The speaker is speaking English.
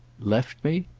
left me?